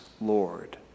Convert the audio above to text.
Lord